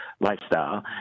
lifestyle